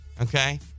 okay